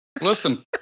Listen